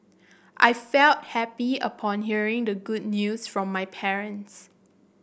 I felt happy upon hearing the good news from my parents